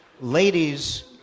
ladies